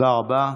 תודה רבה.